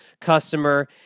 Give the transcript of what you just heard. customer